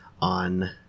on